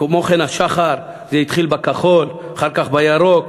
כמו כן, השח"ר, זה התחיל בכחול, אחר כך בירוק,